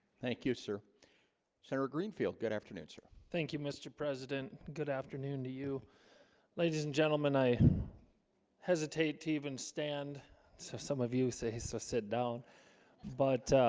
thank you sir senator greenfield good afternoon sir thank you mr. president good afternoon to you ladies and gentlemen i hesitate to even stand so some of you say so so sit down but